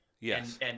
Yes